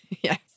Yes